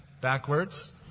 backwards